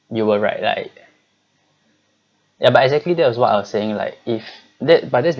you were right like ya but exactly that was what I was saying like if that but that's the